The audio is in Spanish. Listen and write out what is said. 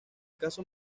caso